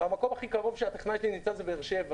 והמקום הכי קרוב שלי נמצא זה בבאר-שבע.